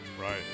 Right